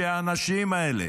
שהאנשים האלה,